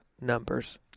numbers